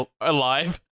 alive